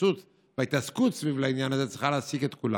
וההתייחסות וההתעסקות סביב העניין הזה צריכה להעסיק את כולם.